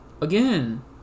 again